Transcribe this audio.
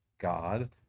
god